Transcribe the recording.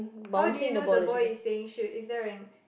how do you know the boy is saying shoot is there a